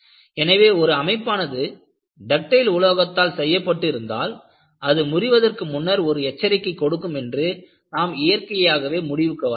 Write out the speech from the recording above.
எனவே ஒரு அமைப்பானது டக்டைல் உலோகத்தால் செய்யப்பட்ட இருந்தால் அது முறிவதற்கு முன்னர் ஒரு எச்சரிக்கை கொடுக்கும் என்று நாம் இயற்கையாகவே முடிவுக்கு வரலாம்